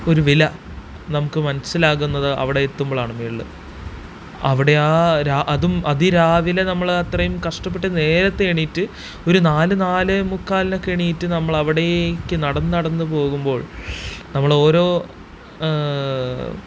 ഒരു വില നമുക്ക് മനസ്സിലാകുന്നത് അവിടെ എത്തുമ്പോഴാണ് മേളിൽ അവിടെ ആ അതും അതിരാവിലെ നമ്മൾ അത്രയും കഷ്ട്ടപ്പെട്ട് നേരത്തെ എണീറ്റ് ഒരു നാല് നാലേ മുക്കാലിനൊക്കെ എണീറ്റ് നമ്മൾ അവിടേക്ക് നടന്ന് നടന്ന് പോകുമ്പോൾ നമ്മളോരോ